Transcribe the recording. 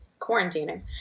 quarantining